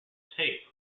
tape